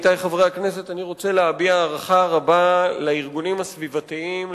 אני רוצה להביע הערכה רבה לארגונים הסביבתיים,